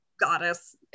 goddess